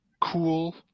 cool